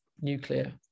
nuclear